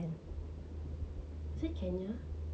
is it kenya